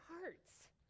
hearts